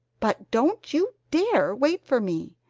but don't you dare wait for me!